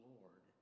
Lord